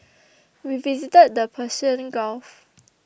we visited the Persian Gulf